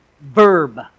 verb